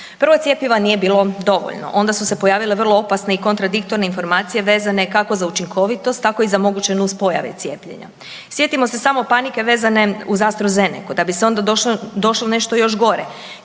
Prvo cjepiva nije bilo dovoljno, onda su se pojavile vrlo opasne i kontradiktorne informacije da je za …/Govornik se ne razumije./… kako učinkovitost, tako i za moguće nuspojave cijepljenja. Sjetimo se samo panike vezane uz AstruZenecu da bi se onda došlo nešto još gore,